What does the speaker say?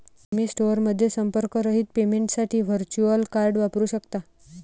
तुम्ही स्टोअरमध्ये संपर्करहित पेमेंटसाठी व्हर्च्युअल कार्ड वापरू शकता